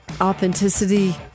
authenticity